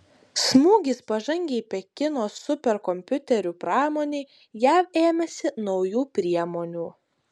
smūgis pažangiai pekino superkompiuterių pramonei jav ėmėsi naujų priemonių